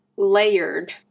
Layered